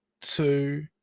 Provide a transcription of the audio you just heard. two